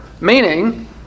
Meaning